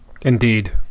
Indeed